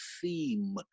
theme